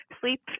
sleep